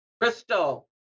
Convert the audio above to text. Crystal